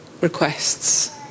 requests